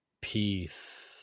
Peace